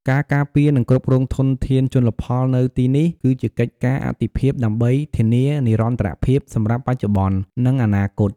ការការពារ និងគ្រប់គ្រងធនធានជលផលនៅទីនេះ គឺជាកិច្ចការអាទិភាពដើម្បីធានានិរន្តរភាពសម្រាប់បច្ចុប្បន្ន និងអនាគត។